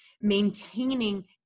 Maintaining